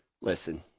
Listen